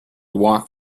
walk